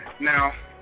Now